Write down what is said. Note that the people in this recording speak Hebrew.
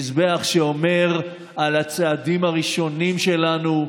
מזבח שאומר על הצעדים הראשונים שלנו,